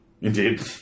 Indeed